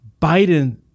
Biden